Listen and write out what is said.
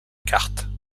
carte